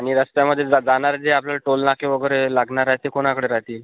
आणि रस्त्यामध्ये जा जाणारे जे आपलं टोल नाके वगैरे लागणार आहे ते कोणाकडे राहतील